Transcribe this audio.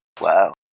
Wow